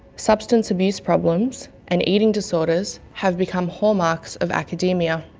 substance abuse problems and eating disorders have become hallmarks of academia.